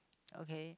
okay